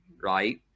right